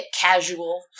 Casual